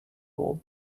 old